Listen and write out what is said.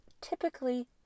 typically